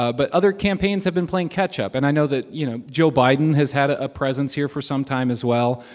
ah but other campaigns have been playing catch-up. and i know that, you know, joe biden has had a ah presence here for some time as well.